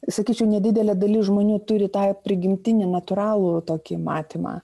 sakyčiau nedidelė dalis žmonių turi tą prigimtinį natūralų tokį matymą